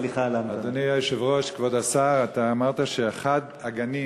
אדוני היושב-ראש, כבוד השר, אתה אמרת שבאחד הגנים